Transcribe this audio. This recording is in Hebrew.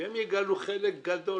הם יגלו חלק גדול